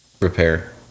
repair